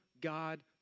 God